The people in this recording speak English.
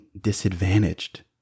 disadvantaged